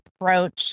approach